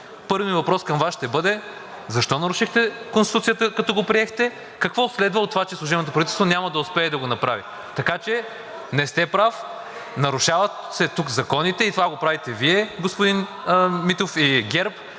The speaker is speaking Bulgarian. първият ми въпрос към Вас ще бъде защо нарушихте Конституцията, като го приехте? Какво следва от това, че служебното правителство няма да успее да го направи? Така че не сте прав. Нарушават се тук законите и това го правите Вие, господин Митов, и ГЕРБ.